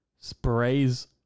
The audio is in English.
sprays